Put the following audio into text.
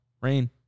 Rain